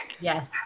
Yes